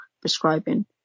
prescribing